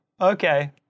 Okay